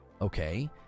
Okay